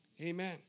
Amen